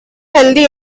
healthy